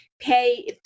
pay